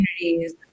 communities